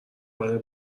منو